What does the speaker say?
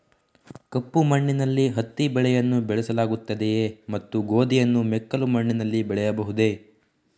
ಕಪ್ಪು ಮಣ್ಣಿನಲ್ಲಿ ಹತ್ತಿ ಬೆಳೆಯನ್ನು ಬೆಳೆಸಲಾಗುತ್ತದೆಯೇ ಮತ್ತು ಗೋಧಿಯನ್ನು ಮೆಕ್ಕಲು ಮಣ್ಣಿನಲ್ಲಿ ಬೆಳೆಯಬಹುದೇ?